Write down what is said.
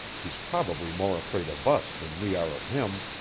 he's probably more afraid of us than we are of him.